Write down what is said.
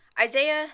Isaiah